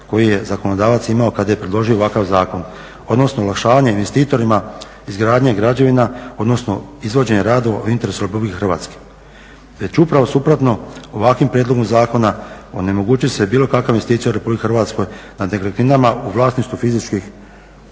koji je zakonodavac imao kada je predložio ovakav zakon odnosno olakšavanje investitorima izgradnje građevina odnosno izvođenje radova u interesu RH. već upravo suprotno ovakvim prijedlogom zakona onemogućiti će se bilo kakva investicija u RH nad nekretninama u vlasništvu fizičkih